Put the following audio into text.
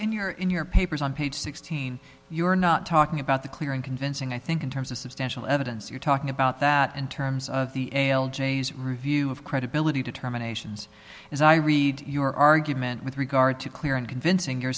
in your in your papers on page sixteen you are not talking about the clear and convincing i think in terms of substantial evidence you're talking about that in terms of the ale js review of credibility determinations as i read your argument with regard to clear and convincing you're